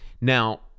Now